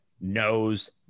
knows